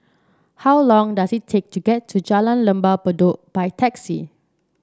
how long does it take to get to Jalan Lembah Bedok by taxi